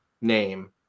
name